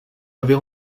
avez